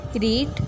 Read